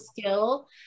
skill